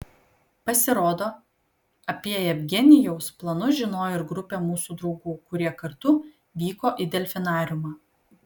pasirodo apie jevgenijaus planus žinojo ir grupė mūsų draugų kurie kartu vyko į delfinariumą